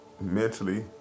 mentally